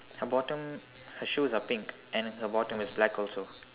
her bottom her shoes are pink and her bottom is black also